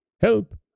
Help